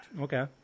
Okay